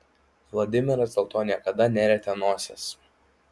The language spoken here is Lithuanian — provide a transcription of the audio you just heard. vladimiras dėl to niekada nerietė nosies